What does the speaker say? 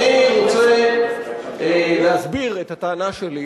רוצה להסביר את הטענה שלי,